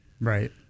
Right